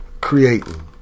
creating